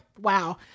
wow